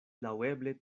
laŭeble